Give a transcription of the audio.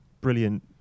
brilliant